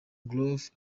groove